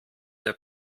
der